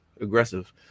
aggressive